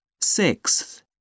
sixth